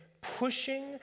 pushing